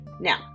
Now